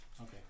Okay